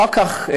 אחר כך,